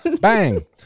Bang